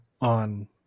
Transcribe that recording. on